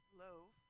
loaf